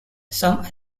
some